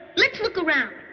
let's look around.